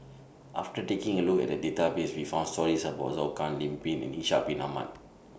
after taking A Look At The Database We found stories about Zhou Can Lim Pin and Ishak Bin Ahmad